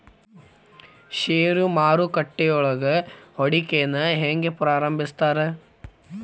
ಷೇರು ಮಾರುಕಟ್ಟೆಯೊಳಗ ಹೂಡಿಕೆನ ಹೆಂಗ ಪ್ರಾರಂಭಿಸ್ತಾರ